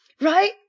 right